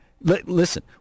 listen